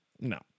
no